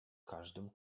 każdym